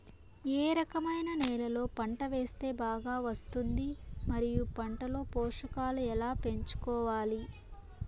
ఏ రకమైన నేలలో పంట వేస్తే బాగా వస్తుంది? మరియు పంట లో పోషకాలు ఎలా పెంచుకోవాలి?